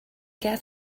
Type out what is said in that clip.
get